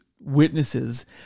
witnesses